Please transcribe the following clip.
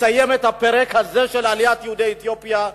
לסיים את הפרק הזה של עליית יהודי אתיופיה,